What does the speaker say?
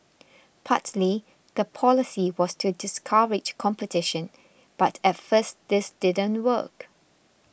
partly the policy was to discourage competition but at first this didn't work